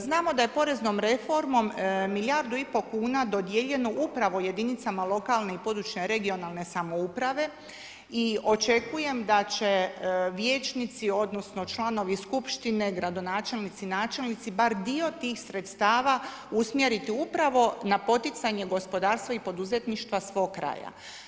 Znamo da je poreznom reformom milijardu i pol kuna dodijeljeno upravo jedinicama lokalne i područne, regionalne samouprave i očekujem da će vijećnici, odnosno članovi skupštine, gradonačelnici, načelnici, bar dio tih sredstava usmjeriti upravo na poticanje gospodarstva i poduzetništva svog kraja.